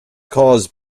caused